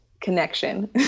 Connection